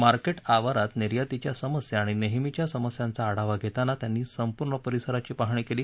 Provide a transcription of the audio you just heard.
market आवारात निर्यातीच्या समस्या आणि नेहमीच्या समस्यांचा आढावा घेताना त्यांनी संपूर्ण परिसर पाहणी केली